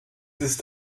ist